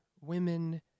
women